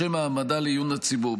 לשם העמדה לעיון הציבור.